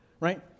Right